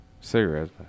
cigarettes